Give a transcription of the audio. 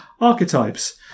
archetypes